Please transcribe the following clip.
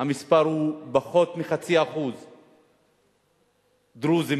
מועסקים פחות מ-0.5% דרוזים,